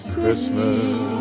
Christmas